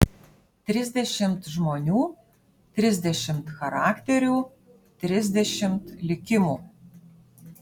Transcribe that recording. trisdešimt žmonių trisdešimt charakterių trisdešimt likimų